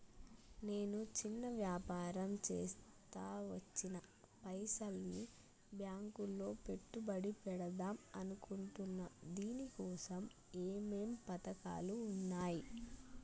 నేను చిన్న వ్యాపారం చేస్తా వచ్చిన పైసల్ని బ్యాంకులో పెట్టుబడి పెడదాం అనుకుంటున్నా దీనికోసం ఏమేం పథకాలు ఉన్నాయ్?